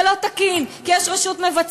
זה לא תקין, כי יש רשות מבצעת.